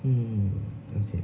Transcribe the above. mm okay